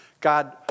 God